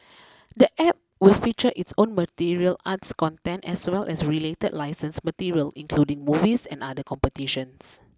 the App will feature its own martial arts content as well as related licensed material including movies and other competitions